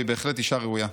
והיא ובהחלט אישה ראויה.